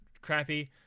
crappy